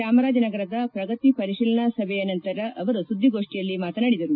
ಚಾಮರಾಜನಗರದ ಪ್ರಗತಿ ಪರಿಶೀಲನಾ ಸಭೆ ನಂತರ ಅವರು ಸುದ್ದಿಗೋಷ್ಠಿಯಲ್ಲಿ ಮಾತನಾಡಿದರು